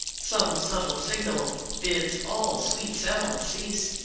some subtle signal bids all sweet sounds cease,